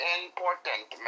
important